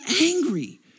angry